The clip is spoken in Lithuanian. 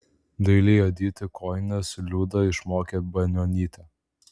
dailiai adyti kojines liudą išmokė banionytė